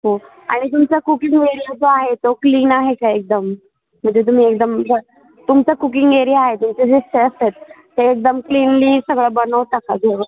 हो आणि तुमचा कुकिंग एरिया जो आहे तो क्लीन आहे का एकदम म्हणजे तुम्ही एकदम तुमचं कुकिंग एरिया आहे तुमचे जे शेफ्ट आहेत ते एकदम क्लीनली सगळं बनवता का जेवण